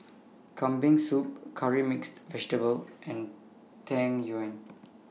Kambing Soup Curry Mixed Vegetable and Tang Yuen